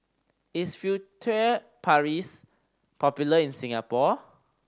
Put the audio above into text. is Furtere Paris popular in Singapore